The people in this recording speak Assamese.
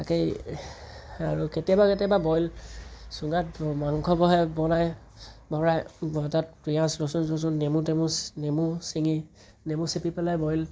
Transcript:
তাকেই আৰু কেতিয়াবা কেতিয়াবা বইল চুঙাত মাংস বঢ়াই বনাই ভৰাই মই তাত পিঁয়াজ ৰচুন চচুন নেমু টেমু নেমু চিঙি নেমু চেপি পেলাই বইল